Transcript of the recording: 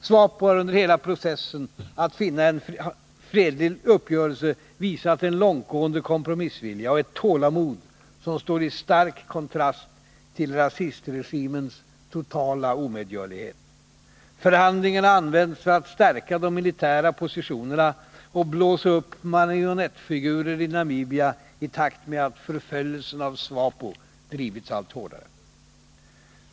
SWAPO har under hela processen att finna en fredlig uppgörelse visat en långtgående kompromissvilja och ett tålamod som står i stark kontrast till rasistregimens totala omedgörlighet. Förhandlingarna har använts för att stärka de militära positionerna och blåsa upp marionettfigurer i Namibia i takt med att förföljelsen av SWAPO drivits allt hårdare.